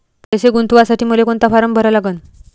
पैसे गुंतवासाठी मले कोंता फारम भरा लागन?